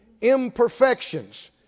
imperfections